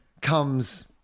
Comes